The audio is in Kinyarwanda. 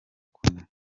kunywa